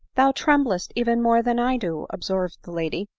thou tremblest even more than i do, observed the lady,